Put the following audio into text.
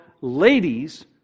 ladies